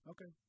Okay